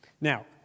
Now